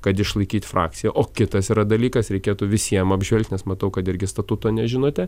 kad išlaikyt frakciją o kitas yra dalykas tai reikėtų visiem apžvelgti nes matau kad irgi statuto nežinote